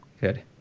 Good